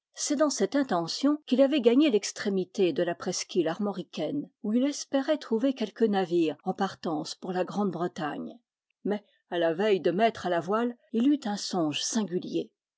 c'est dans cette intention qu'il avait gagné l'extrémité de la presqu'île armoricaine où il espérait trouver quelque navire en partance pour la grande-bretagne mais à la veille de mettre à la voile il eut un songe singulier